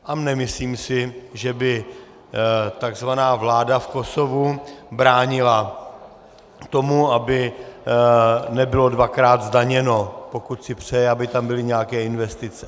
A nemyslím si, že by takzvaná vláda v Kosovu bránila tomu, aby nebylo dvakrát zdaněno, pokud si přeje, aby tam byly nějaké investice.